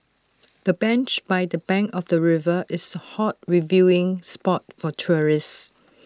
the bench by the bank of the river is A hot viewing spot for tourists